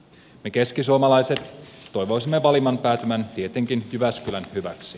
me keskisuomalaiset toivoisimme valinnan päätyvän tietenkin jyväskylän hyväksi